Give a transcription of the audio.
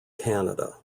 canada